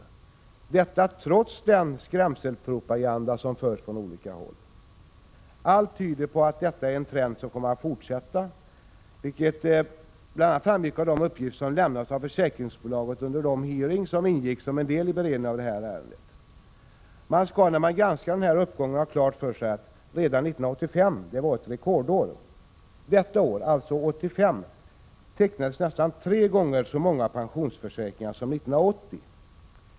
Och detta har skett trots den skrämselpropaganda som har förts från olika håll. Allt tyder på att denna trend kommer att fortsätta, vilket bl.a. framgick av de uppgifter som lämnades av försäkringsbolagen under de hearings som ingick som en del av beredningen av detta ärende. Man skall, när man granskar den här uppgången, ha klart för sig att redan 1985 var ett rekordår. Det året, alltså 1985, tecknades nästan tre gånger så många pensionsförsäkringar som 1980.